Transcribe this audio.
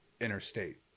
interstate